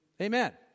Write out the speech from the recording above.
Amen